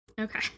Okay